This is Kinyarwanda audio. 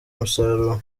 umusaruro